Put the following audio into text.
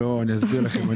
עולה כי